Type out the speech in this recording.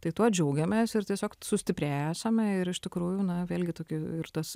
tai tuo džiaugiamės ir tiesiog sustiprėję esame ir iš tikrųjų na vėlgi tokio ir tas